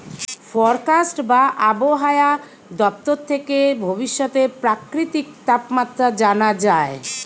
forecast বা আবহায়া দপ্তর থেকে ভবিষ্যতের প্রাকৃতিক তাপমাত্রা জানা যায়